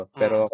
pero